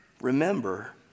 remember